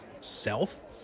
self